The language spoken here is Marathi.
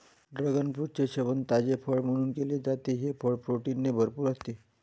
ड्रॅगन फ्रूटचे सेवन ताजे फळ म्हणून केले जाते, हे फळ प्रोटीनने भरपूर असते